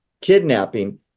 kidnapping